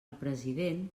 president